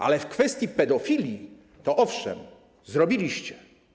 Ale w kwestii pedofilii, owszem, zrobiliście.